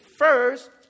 First